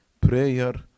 prayer